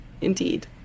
Indeed